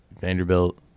Vanderbilt